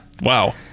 Wow